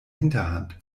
hinterhand